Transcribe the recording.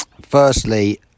Firstly